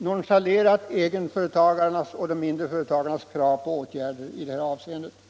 nonchalerat egenföretagarnas och de mindre företagarnas krav på åtgärder i det här avseendet.